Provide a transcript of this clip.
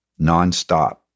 nonstop